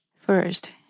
first